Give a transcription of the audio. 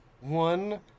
One